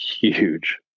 huge